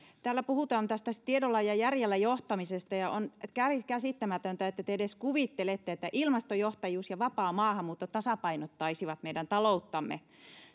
täällä puhutaan tiedolla ja järjellä johtamisesta ja on käsittämätöntä että te edes kuvittelette että ilmastojohtajuus ja vapaa maahanmuutto tasapainottaisivat meidän talouttamme